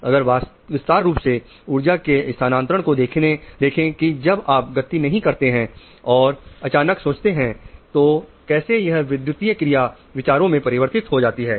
अगर विस्तार रूप से ऊर्जा के स्थानांतरण को देखें की जब आप गति नहीं करते हैं और अचानक सोचते हैं तो कैसे यह विद्युतीय क्रिया विचारों में परिवर्तित हो जाती है